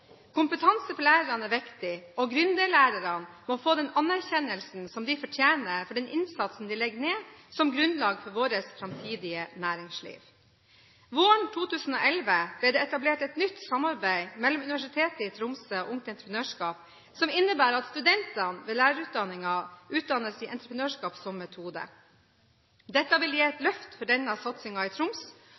Kompetanse for lærerne er viktig, og gründerlærerne må få den anerkjennelsen som de fortjener for den innsatsen de legger ned som grunnlag for vårt framtidige næringsliv. Våren 2011 ble det etablert et nytt samarbeid mellom Universitetet i Tromsø og Ungt Entreprenørskap, som innebærer at studentene ved lærerutdanningen utdannes i entreprenørskap som metode. Dette vil gi et løft for denne satsingen i Troms